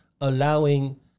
allowing